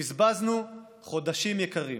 בזבזנו חודשים יקרים.